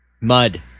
Mud